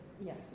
Yes